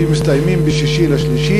שמסתיימים ב-6 במרס.